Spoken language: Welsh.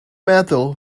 meddwl